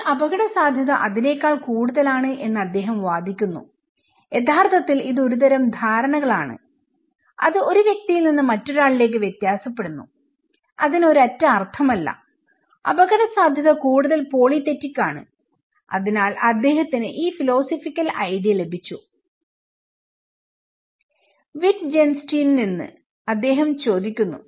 എന്നാൽ അപകടസാധ്യത അതിനേക്കാൾ കൂടുതലാണ് എന്ന് അദ്ദേഹം വാദിക്കുന്നു യഥാർത്ഥത്തിൽ ഇത് ഒരുതരം ധാരണകളാണ് അത് ഒരു വ്യക്തിയിൽ നിന്ന് മറ്റൊരാളിലേക്ക് വ്യത്യാസപ്പെടുന്നു അതിന് ഒരറ്റ അർത്ഥമല്ല അപകടസാധ്യത കൂടുതൽ പോളിതെറ്റിക്ആണ് അതിനാൽ അദ്ദേഹത്തിന് ഈ ഫിലോസഫിക്കൽ ഐഡിയലഭിച്ചു വിറ്റ്ജൻസ്റ്റൈനിൽ നിന്ന് അദ്ദേഹം ചോദിക്കുന്നു